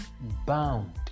bound